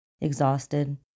exhausted